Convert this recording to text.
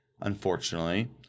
unfortunately